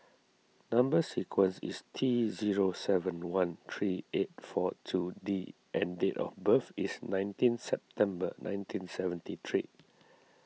Number Sequence is T zero seven one three eight four two D and date of birth is nineteen September nineteen seventy three